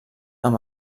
amb